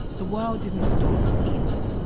the world didn't stop either.